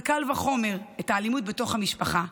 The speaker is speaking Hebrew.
וקל וחומר את האלימות בתוך המשפחה,